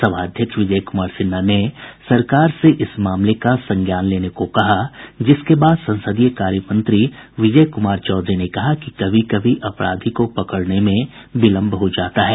सभाध्यक्ष विजय कुमार सिन्हा ने सरकार से इस मामले का संज्ञान लेने को कहा जिसके बाद संसदीय कार्य मंत्री विजय कुमार चौधरी ने कहा कि कभी कभी अपराधी को पकड़ने में विलंब हो जाता है